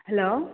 hello